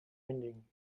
ending